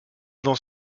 dans